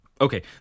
Okay